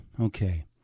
okay